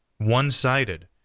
one-sided